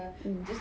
mm